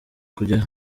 kujyayo